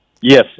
Yes